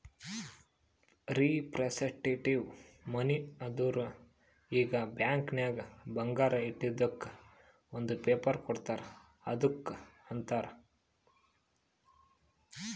representative money ಅಂದುರ್ ಈಗ bank ನಾಗ್ ಬಂಗಾರ ಇಟ್ಟಿದುಕ್ ಒಂದ್ ಪೇಪರ್ ಕೋಡ್ತಾರ್ ಅದ್ದುಕ್ ಅಂತಾರ್